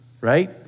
Right